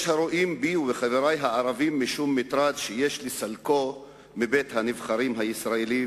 יש הרואים בי ובחברי הערבים משום מטרד שיש לסלקו מבית-הנבחרים הישראלי,